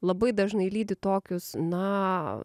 labai dažnai lydi tokius na